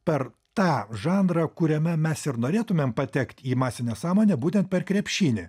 per tą žanrą kuriame mes ir norėtumėm patekti į masinę sąmonę būtent per krepšinį